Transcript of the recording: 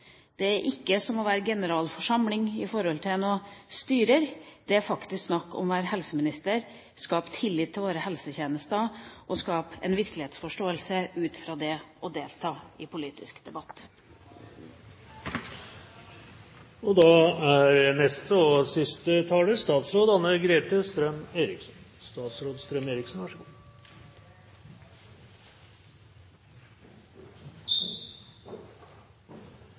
det er ikke som å være generalforsamling for noen styrer, det er faktisk snakk om å være helseminister, skape tillit til våre helsetjenester og skape en virkelighetsforståelse ut fra det og delta i politisk debatt. Jeg har lyttet med stor interesse til innleggene her. Det er